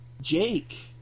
Jake